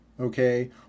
Okay